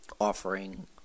offering